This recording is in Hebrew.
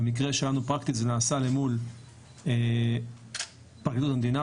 במקרה שלנו פרקטית זה נעשה למול פרקליטות המדינה,